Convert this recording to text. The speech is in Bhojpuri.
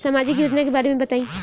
सामाजिक योजना के बारे में बताईं?